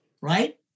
right